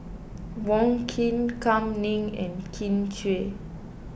Wong Keen Kam Ning and Kin Chui